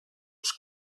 els